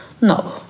No